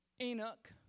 Enoch